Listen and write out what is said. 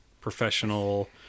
professional